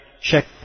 check